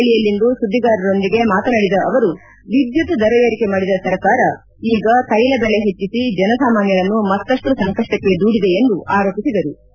ಹುಬ್ಬಳ್ಳಯಲ್ಲಿಂದು ಸುದ್ದಿಗಾರರೊಂದಿಗೆ ಮಾತನಾಡಿದ ಅವರು ವಿದ್ದುತ್ ದರ ಏರಿಕೆ ಮಾಡಿದ ಸರ್ಕಾರ ಈಗ ತೈಲ ಬೆಲೆ ಹೆಚ್ಚಿಸಿ ಜನ ಸಾಮಾನ್ಯರನ್ನು ಮತ್ತಷ್ಟು ಸಂಕಷ್ಟಕ್ಕೆ ದೂಡಿದೆ ಎಂದು ಆರೋಪಿಸಿದರು